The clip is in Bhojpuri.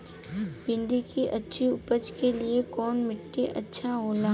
भिंडी की अच्छी उपज के लिए कवन मिट्टी अच्छा होला?